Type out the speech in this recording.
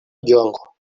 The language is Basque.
joango